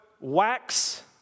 wax